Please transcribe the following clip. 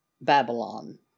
Babylon